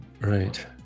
Right